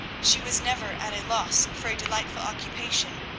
she was never at a loss for a delightful occupation,